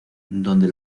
donde